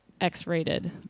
X-rated